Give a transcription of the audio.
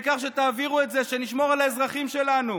העיקר שתעבירו את זה ושנשמור על האזרחים שלנו.